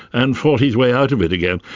and fought his way out of it again,